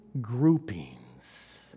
groupings